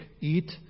eat